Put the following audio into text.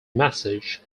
message